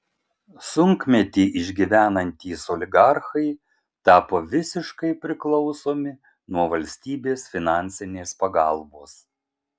sunkmetį išgyvenantys oligarchai tapo visiškai priklausomi nuo valstybės finansinės pagalbos